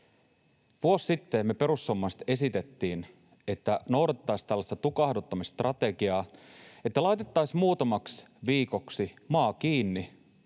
Vuosi sitten me perussuomalaiset esitettiin, että noudatettaisiin tällaista tukahduttamisstrategiaa, että laitettaisiin muutamaksi viikoksi maa kiinni,